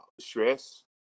stress